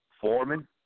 Foreman